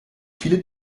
viele